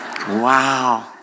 Wow